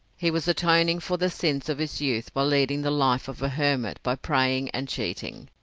he was atoning for the sins of his youth by leading the life of a hermit by praying and cheating.